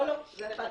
לא, לא, זה חד-פעמי.